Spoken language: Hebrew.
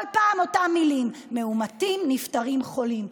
כל פעם אותן מילים: מאומתים, נפטרים, חולים.